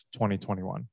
2021